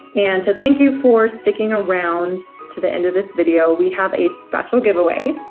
and to thank you for sticking around to the end of this video, we have a special giveaway.